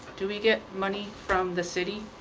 do we get money from the city